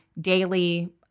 daily